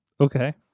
Okay